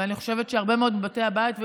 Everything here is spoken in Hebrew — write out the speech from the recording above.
ואני חושבת שהרבה מאוד מהאוכלוסייה,